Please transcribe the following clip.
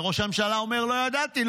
וראש הממשלה אומר: לא ידעתי,